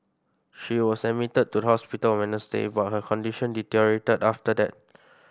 she was admitted to hospital on Wednesday but her condition deteriorated after that